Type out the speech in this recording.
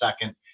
second